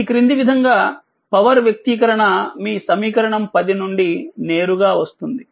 ఈ క్రింది విధంగా పవర్ వ్యక్తీకరణ మీ సమీకరణం 10 నుండి నేరుగా వస్తుంది